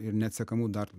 ir neatsekamų dar